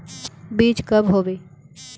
बीज कब होबे?